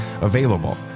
available